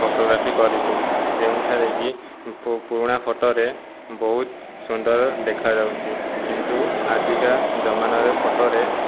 photography କରିଛୁ ଯେଉଁଥିରେକି ପୁରୁଣା ଫଟୋରେ ବହୁତ ସୁନ୍ଦର ଦେଖାଯାଉଛି କିନ୍ତୁ ଆଜିକା ଜମାନାରେ ଫଟୋରେ